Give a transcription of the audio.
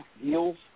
deals